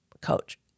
coach